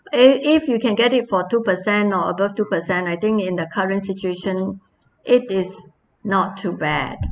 eh if you can get it for two percent or above two percent I think in the current situation it is not too bad